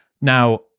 Now